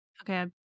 Okay